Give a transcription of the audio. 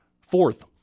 Fourth